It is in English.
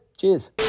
Cheers